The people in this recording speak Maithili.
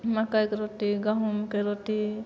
मकइके रोटी गहूम के रोटी